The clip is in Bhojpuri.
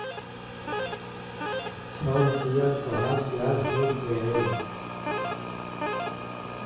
छह रुपइया तोहार बियाज हो गएल